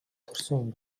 төрсөн